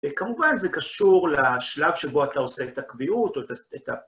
וכמובן זה קשור לשלב שבו אתה עושה את הקביעות או את ה...